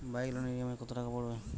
Bike লোনের EMI কত টাকা পড়বে?